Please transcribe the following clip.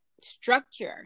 structure